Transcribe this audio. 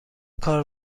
کار